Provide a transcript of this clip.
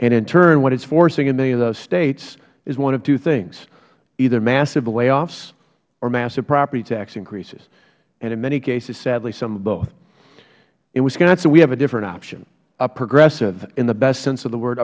and in turn what it is forcing in many of those states is one of two things either massive layoffs or massive property tax increases and in many cases sadly some of both in wisconsin we have a different option a progressive in the best sense of the word